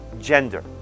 gender